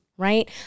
right